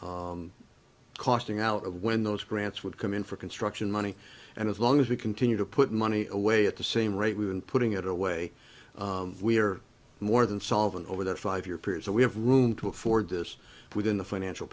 year costing out of when those grants would come in for construction money and as long as we continue to put money away at the same rate we've been putting it away we are more than solvent over that five year period so we have room to afford this within the financial